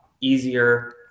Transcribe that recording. easier